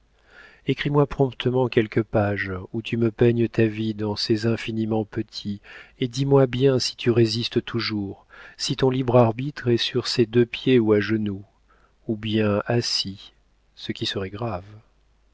écris-moi promptement quelques pages où tu me peignes ta vie dans ses infiniment petits et dis-moi bien si tu résistes toujours si ton libre arbitre est sur ses deux pieds ou à genoux ou bien assis ce qui serait grave